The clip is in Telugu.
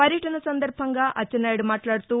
పర్యటన సందర్బంగా అచ్చెన్నాయుడు మాట్లాడుతూ